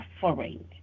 suffering